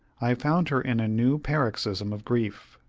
i found her in a new paroxysm of grief.